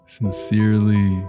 sincerely